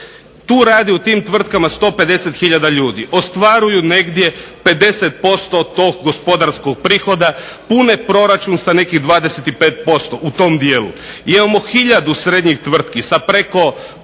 Tu radi u tim tvrtkama 150 hiljada ljudi, ostvaruju negdje 50% tog gospodarskog prihoda, pune proračun sa nekih 25% u tom dijelu. Imamo hiljadu srednjih tvrtki sa preko